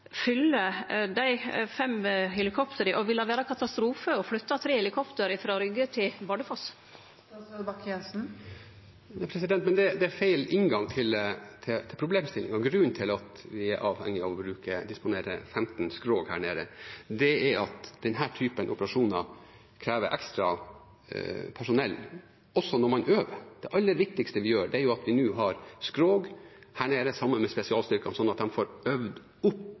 fyller dei fem helikoptera, og vil det vere katastrofe å flytte tre helikopter frå Rygge til Bardufoss? Det er feil inngang til problemstillingen. Grunnen til at vi er avhengige av å disponere 15 skrog her nede, er at denne typen operasjoner krever ekstra personell også når man øver. Det aller viktigste nå er at vi har skrog her nede sammen med spesialstyrkene, slik at de kan få øvd opp